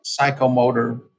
psychomotor